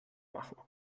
machen